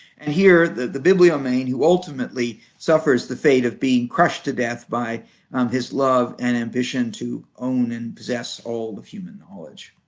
and here the bibliomane who ultimately suffers the fate of being crushed to death by his love and ambition to own and possess all of human knowledge.